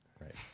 Right